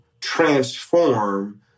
transform